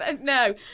no